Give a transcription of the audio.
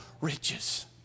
riches